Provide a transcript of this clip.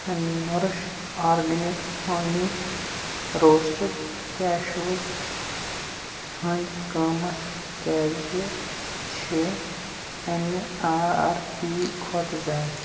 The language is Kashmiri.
nourish organic honey roasted cashews ہٕنٛدۍ قۭمتھ کیٛازِ چھِ اَمہِ آ آر پی کھۄتہٕ زِیادٕ